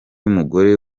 mugore